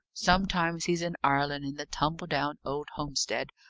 sometimes he's in ireland, in the tumble-down old homestead,